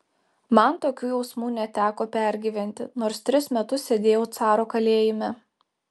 man tokių jausmų neteko pergyventi nors tris metus sėdėjau caro kalėjime